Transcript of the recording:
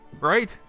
right